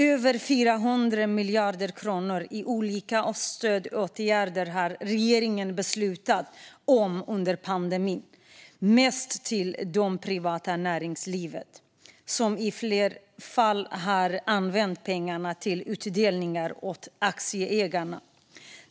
Över 400 miljarder kronor i olika stödåtgärder har regeringen beslutat om under pandemin, mest till det privata näringslivet som i flera fall har använt pengarna till utdelningar till aktieägarna.